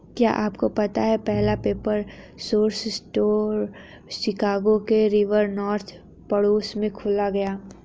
क्या आपको पता है पहला पेपर सोर्स स्टोर शिकागो के रिवर नॉर्थ पड़ोस में खोला गया?